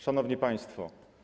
Szanowni Państwo!